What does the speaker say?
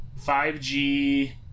5g